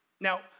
Now